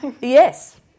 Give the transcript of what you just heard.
yes